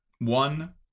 One